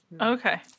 Okay